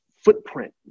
footprint